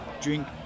drink